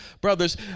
brothers